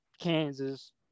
Kansas